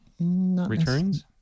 returns